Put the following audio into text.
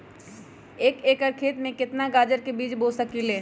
एक एकर खेत में केतना गाजर के बीज बो सकीं ले?